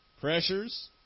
pressures